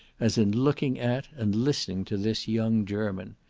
as in looking at, and listening to this young german.